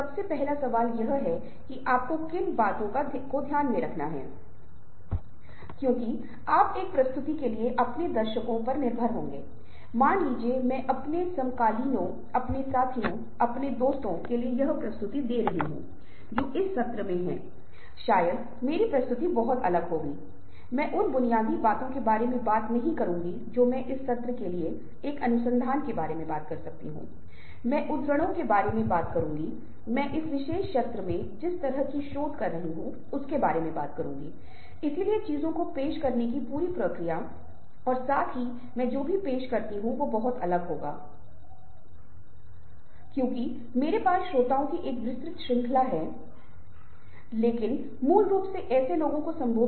मेरा मतलब है कि आपने कितना बुरा प्रदर्शन किया है या कितना अच्छा किया है इससे फरक नहीं पड़ता ऐसा नहीं है कि यह एकमात्र सर्वेक्षण है जो उपलब्ध है और यह आपके बारे में अंतिम निर्णय दे रहा है कि आप बहुत अच्छे कलाकार हैं या आप बहुत बुरे कलाकार हैं लेकिन महत्वपूर्ण बात यह है कि यहाँ अपने आप से ईमानदार होना है यदि आप इस सर्वेक्षण को करते हैं तो आप पहचान पाएंगे कि आप सामान्य स्तर पर संचार के संदर्भ में कहाँ खड़े हैं आपको दो सर्वेक्षण देने का कारण यह है ताकि आप स्कोर की तुलना कर सकें और प्राप्त कर सकें की आप एक संचारक के रूप में आप कहां खड़े हैं